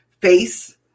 face